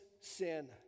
sin